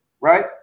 right